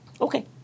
Okay